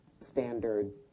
standard